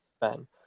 Ben